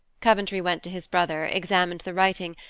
coventry went to his brother, examined the writing,